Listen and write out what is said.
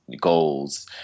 goals